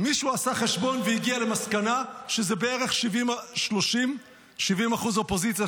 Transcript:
מישהו עשה חשבון והגיע למסקנה שזה בערך 70% 30% 70% אופוזיציה,